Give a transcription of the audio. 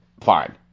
fine